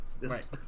Right